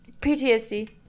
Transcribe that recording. PTSD